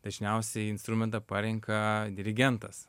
dažniausiai instrumentą parenka dirigentas